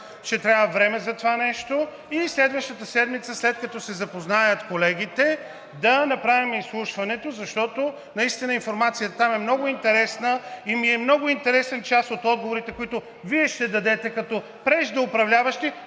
ще трябва време за това нещо, и следващата седмица, след като се запознаят колегите, да направим изслушването, защото наистина информацията там е много интересна и са ми много интересни част от отговорите, които Вие ще дадете като преждеуправляващи